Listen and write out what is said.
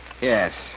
Yes